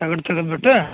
ತಗ್ಡ್ ತೆಗೆದ್ಬಿಟ್ಟು